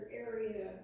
area